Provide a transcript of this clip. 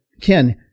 Ken